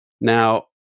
Now